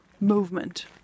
movement